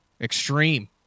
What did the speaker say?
extreme